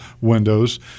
windows